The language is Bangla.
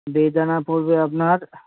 বেদানা পড়বে আপনার